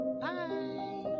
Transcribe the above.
Bye